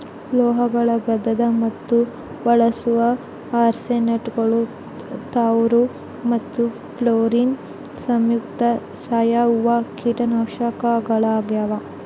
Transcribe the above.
ಲೋಹಗಳು ಗಂಧಕ ಮತ್ತು ಬಳಸುವ ಆರ್ಸೆನೇಟ್ಗಳು ತಾಮ್ರ ಮತ್ತು ಫ್ಲೋರಿನ್ ಸಂಯುಕ್ತ ಸಾವಯವ ಕೀಟನಾಶಕಗಳಾಗ್ಯಾವ